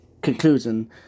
conclusion